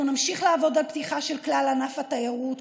אנחנו נמשיך לעבוד על פתיחה של כלל ענף התיירות,